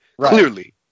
clearly